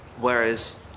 Whereas